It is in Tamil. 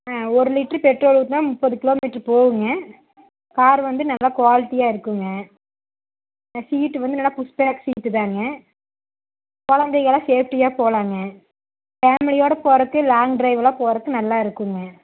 ஒரு லிட்ரு பெட்ரோல் ஊற்றினா முப்பது கிலோமீட்டர் போகுங்க கார் வந்து நல்லா குவாலிட்டியாக இருக்குங்க சீட்டு வந்து நல்லா புஸ் பேக் சீட்டு தாங்க குழந்தைகலாம் சேஃப்டியாக போகலாங்க ஃபேமிலியோடு போகிறக்கு லாங் ட்ரைவெல்லாம் போகிறக்கு நல்லா இருக்குங்க